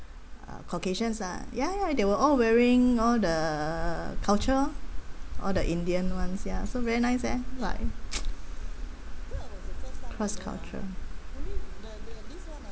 uh caucasians ah ya ya they were all wearing all the culture lor all the indian [one] ya so very nice eh like cross cultural